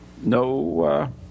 no